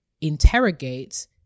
interrogate